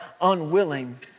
unwilling